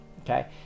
okay